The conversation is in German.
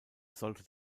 sollte